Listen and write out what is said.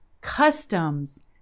Customs